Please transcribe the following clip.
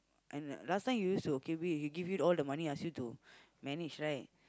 and last time he used to okay wait he give you all the money ask you to manage right